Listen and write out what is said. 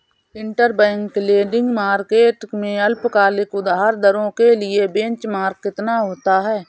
Interbank lending market में अल्पकालिक उधार दरों के लिए बेंचमार्क कितना होता है?